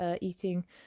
eating